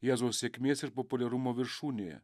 jėzaus sėkmės ir populiarumo viršūnėje